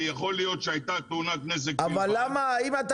כי יכול להיות שהייתה תאונת נזק --- אבל אם אתה